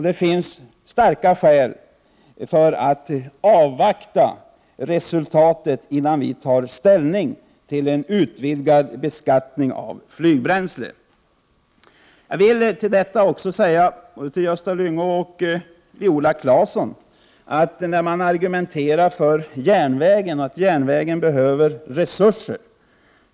Det finns starka skäl att avvakta resultatet av den utredningens arbete, innan vi tar ställning till en utvidgad beskattning av flygbränsle. Jag vill säga följande till Gösta Lyngå och Viola Claesson när de argumenterar för järnvägen och framhåller att järnvägen behöver resurser.